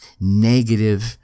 negative